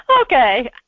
Okay